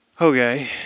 Okay